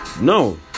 No